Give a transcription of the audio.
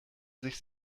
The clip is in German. sich